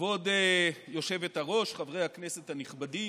כבוד היושבת-ראש, חברי הכנסת הנכבדים,